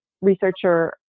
researcher